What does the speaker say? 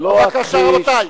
רבותי,